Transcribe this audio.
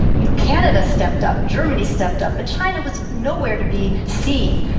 you know, canada stepped up. germany stepped up. but china was nowhere to be seen.